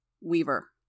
Weaver